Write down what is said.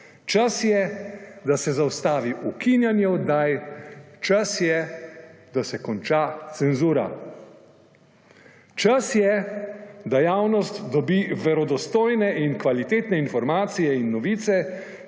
Čas je, da se zaustavi ukinjanje oddaj. Čas je, da se konča cenzura. Čas je, da javnost dobi verodostojne in kvalitetne informacije in novice